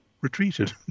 retreated